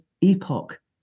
epoch